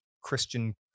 Christian